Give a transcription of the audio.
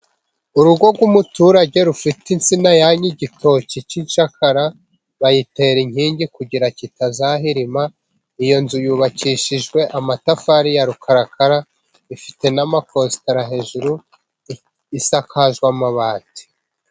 Urugo rw'umuturage rufite insina yannye igitoki cy'incakara, bayitera inkingi kugira kitazahirima, iyo nzu yubakishijwe amatafari ya rukarakara, ifite n'amakositara hejuru, isakajwe amabati.